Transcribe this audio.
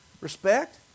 respect